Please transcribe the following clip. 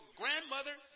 grandmother